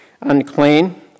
unclean